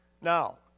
Now